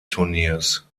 turniers